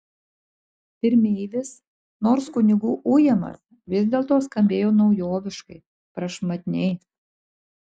pirmeivis nors kunigų ujamas vis dėlto skambėjo naujoviškai prašmatniai